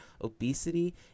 obesity